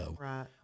Right